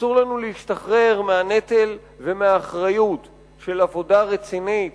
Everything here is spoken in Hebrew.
אסור לנו להשתחרר מהנטל ומהאחריות של עבודה רצינית